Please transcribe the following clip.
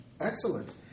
Excellent